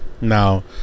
Now